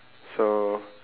so